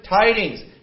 tidings